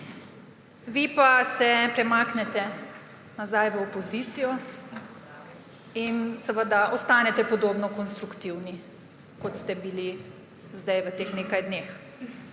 Vi pa se premaknete nazaj v opozicijo in seveda ostanete podobno konstruktivni, kot ste bili zdaj v teh nekaj dneh.